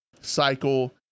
cycle